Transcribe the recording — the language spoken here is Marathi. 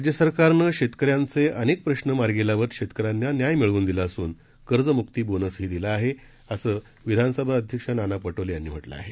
राज्य सरकारनं शेतकऱ्यांचे अनेक प्रश्न मार्गी लावत शेतकऱ्यांना न्याय मिळवून दिला असून कर्जम्क्ति बोनस ही दिला आहे असं मत विधानसभा अध्यक्ष नाना पटोले यांनी व्यक्त केलं आहे